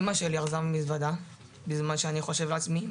אמא שלי ארזה מזוודה בזמן שאני חושב לעצמי,